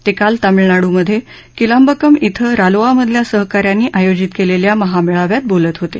ते काल तामिळनाडूमध्ये किलाम्बक्कम क्वि रालोआमधल्या सहकाऱ्यांनी आयोजित केलेल्या महामेळाव्यात बोलत होते